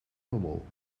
rommel